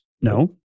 No